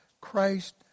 Christ